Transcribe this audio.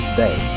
day